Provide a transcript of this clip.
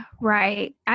right